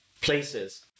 places